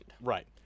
Right